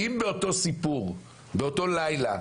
אם באותו סיפור באותו לילה,